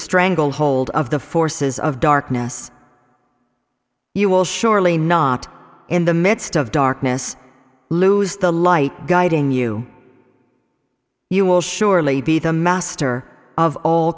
stranglehold of the forces of darkness you will surely not in the midst of darkness lose the light guiding you you will surely be the master of